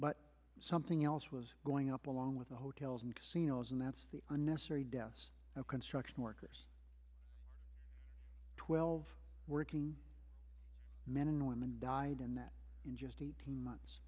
but something else was going up along with the hotels and casinos and that's the unnecessary deaths of construction workers twelve working men and women died in that in just eighteen months